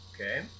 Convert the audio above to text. Okay